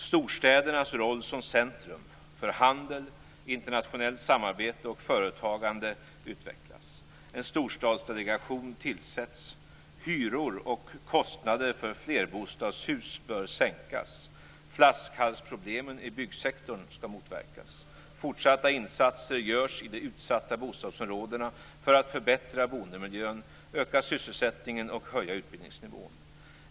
Storstädernas roll som centrum för handel, internationellt samarbete och företagande skall utvecklas. En storstadsdelegation tillsätts. Hyror och kostnader för flerbostadshus bör sänkas. Flaskhalsproblemen i byggsektorn motverkas. Fortsatta insatser görs i de utsatta bostadsområdena för att förbättra boendemiljön, öka sysselsättningen och höja utbildningsnivån.